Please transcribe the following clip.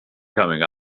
coming